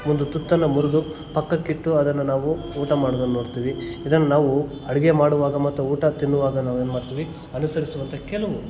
ಒಂದು ತುತ್ತನ್ನು ಮುರಿದು ಪಕ್ಕಕ್ಕಿಟ್ಟು ಅದನ್ನು ನಾವು ಊಟ ಮಾಡೊದನ್ನ ನೋಡ್ತೀವಿ ಇದನ್ನ ನಾವು ಅಡಿಗೆ ಮಾಡುವಾಗ ಮತ್ತು ಊಟ ತಿನ್ನುವಾಗ ನಾವೇನು ಮಾಡ್ತೀವಿ ಅನುಸರಿಸುವಂಥ ಕೆಲವು